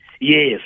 Yes